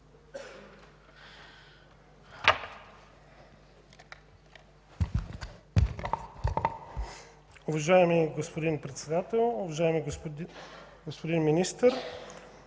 Уважаеми господин Председател, уважаеми господин Министър!